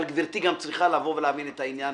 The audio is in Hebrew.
אבל גברתי גם צריכה להבין את העניין